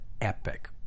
epic